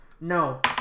No